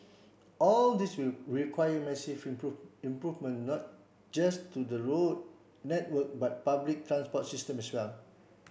all this will require massive improve improvement not just to the road network but public transport systems as well